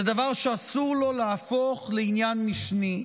זה דבר שאסור לו להפוך לעניין משני.